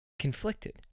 conflicted